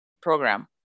program